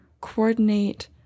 coordinate